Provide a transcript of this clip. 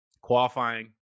qualifying